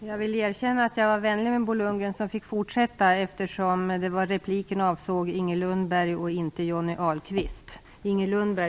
Jag vill erkänna att jag var vänlig mot Bo Lundgren som fick fortsätta eftersom repliken avsåg Inger